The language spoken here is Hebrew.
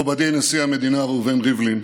מכובדי נשיא המדינה ראובן ריבלין,